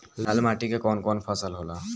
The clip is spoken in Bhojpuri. लाल माटी मे कवन कवन फसल होला?